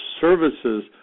services